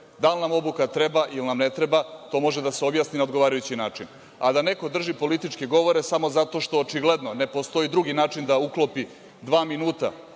da li nam obuka treba ili nam ne treba, to može da se objasni na odgovarajući način, a da neko drži političke govore samo zato što očigledno ne postoji drugi način da uklopi dva minuta